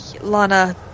Lana